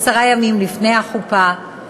עשרה ימים לפני החופה,